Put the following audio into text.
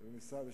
ושלך.